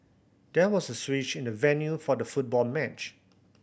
there was a switch in the venue for the football match